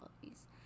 qualities